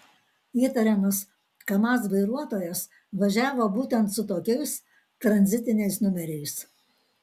įtariamas kamaz vairuotojas važiavo būtent su tokiais tranzitiniais numeriais